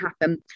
happen